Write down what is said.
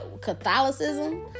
Catholicism